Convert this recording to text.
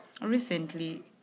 recently